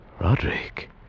Roderick